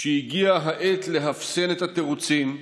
שהגיעה העת לאפסן את התירוצים,